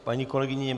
Paní kolegyně